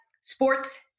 sports